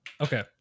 Okay